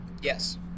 yes